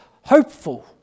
hopeful